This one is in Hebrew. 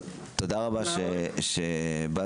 מיד